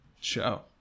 show